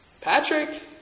Patrick